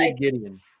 Gideon